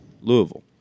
Louisville